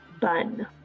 bun